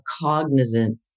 cognizant